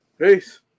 Peace